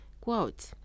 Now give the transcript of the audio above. Quote